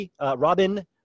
Robin